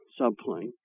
subplane